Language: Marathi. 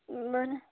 बरं